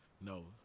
No